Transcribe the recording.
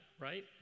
right